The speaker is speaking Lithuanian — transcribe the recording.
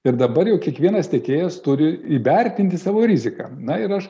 ir dabar jau kiekvienas tiekėjas turi įvertinti savo riziką na ir aš